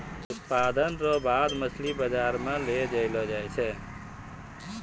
उत्पादन रो बाद मछली बाजार मे लै जैलो जाय छै